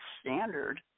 standard